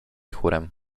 chórem